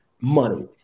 money